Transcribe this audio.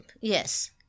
Yes